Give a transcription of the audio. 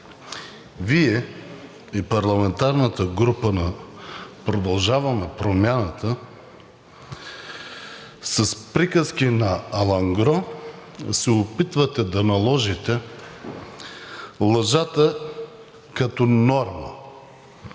Вие и парламентарната група на „Продължаваме Промяната“ с приказки „на алангро“ се опитвате да наложите лъжата като норма,